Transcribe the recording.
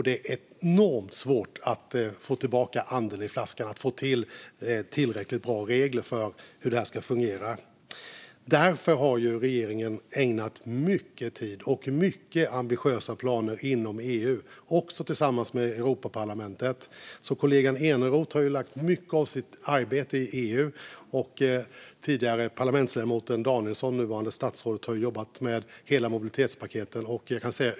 Det är enormt svårt att få tillbaka anden i flaskan och få till tillräckligt bra regler för hur det här ska fungera. Därför har regeringen ägnat mycket tid åt detta och åt mycket ambitiösa planer inom EU, också tillsammans med Europaparlamentet. Kollegan Eneroth har ägnat mycket av sitt arbete åt EU, och den tidigare parlamentsledamoten - och det nuvarande statsrådet - Danielsson har jobbat med hela mobilitetspaketet.